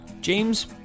James